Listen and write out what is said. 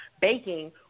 baking